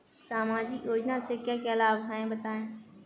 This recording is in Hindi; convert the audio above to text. सामाजिक योजना से क्या क्या लाभ हैं बताएँ?